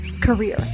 Career